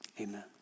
amen